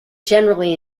generally